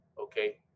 Okay